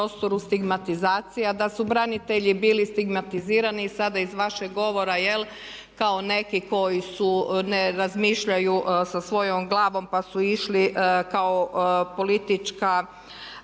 da su branitelji bili stigmatizirani i sada iz vašeg govora kao neki koji ne razmišljaju sa svojom glavom pa su išli kao politička